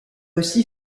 aussi